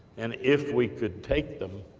and if we could take them,